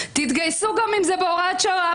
תתגייסו גם אם זה בהוראת שעה,